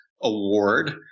Award